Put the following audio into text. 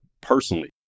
personally